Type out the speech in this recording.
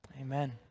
amen